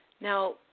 Now